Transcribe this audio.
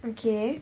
okay